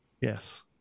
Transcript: Yes